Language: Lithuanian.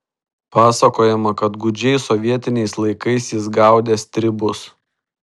pasakojama kad gūdžiais sovietiniais laikais jis gaudė stribus